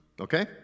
Okay